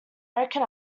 american